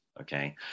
okay